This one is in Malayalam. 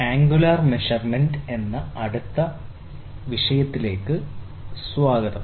ആംഗുലാർ മെഷർമെൻറ് എന്ന അടുത്ത വിഷയത്തിലേക്ക് സ്വാഗതം